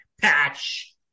Patch